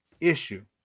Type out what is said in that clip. issue